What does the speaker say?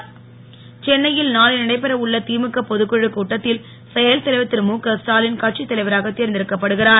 ஸ்டாலின் சென்னையில் நாளை நடைபெற உள்ள திமுக பொதுக் குழுக் கூட்டத்தில் செயல் தலைவர் திரு முக ஸ்டாலின் கட்சித் தலைவராக தேர்ந்தெடுக்கப்படுகிறார்